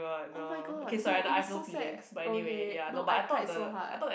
oh-my-god no it was so sad okay no I cried so hard